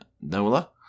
NOLA